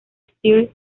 sir